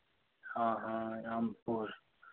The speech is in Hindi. हाँ हाँ रामपुर